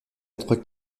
entre